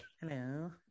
hello